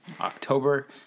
October